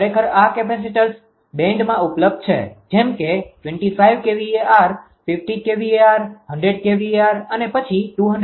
ખરેખર આ કેપેસિટર્સ બેન્ડમાં ઉપલબ્ધ છે જેમ કે 25kVAr 50kVAr 100kVAr અને પછી 200kVAr